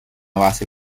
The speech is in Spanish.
base